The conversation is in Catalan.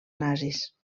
nazis